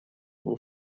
его